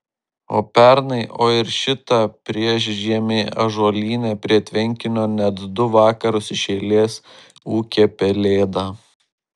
o pernai o ir šitą priešžiemį ąžuolyne prie tvenkinio net du vakarus iš eilės ūkė pelėda